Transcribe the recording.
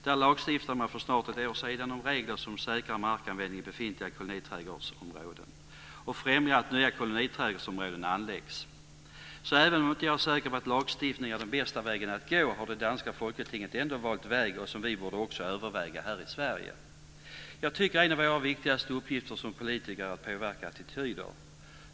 Där lagstiftade man för snart ett år sedan om regler som säkrar markanvändningen i befintliga koloniträdgårdsområden och främjar att nya koloniträdgårdsområden anläggs. Även om jag inte är säker på att lagstiftning är den bästa vägen att gå, har det danska Folketinget ändå valt en väg som vi borde också överväga här i Sverige. Jag tycker att en av våra viktigaste uppgifter som politiker är att påverka attityder.